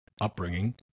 upbringing